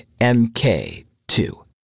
MK2